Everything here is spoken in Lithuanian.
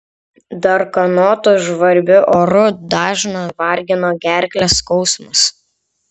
darganotu žvarbiu oru dažną vargina gerklės skausmas